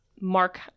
mark